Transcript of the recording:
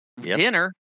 dinner